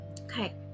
okay